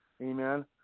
Amen